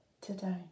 today